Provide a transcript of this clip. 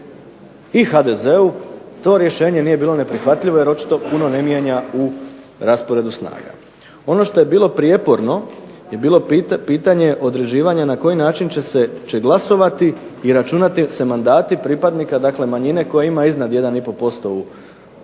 i HDZ-u to rješenje nije bilo neprihvatljivo, jer očito puno ne mijenja u rasporedu snaga. Ono što je bilo prijeporno, je bilo pitanje određivanja na koji način će glasovati i računati se mandati, pripadnika dakle manjine koja ima iznad 1 i